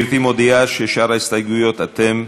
ההסתייגויות הבאות